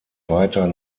weiter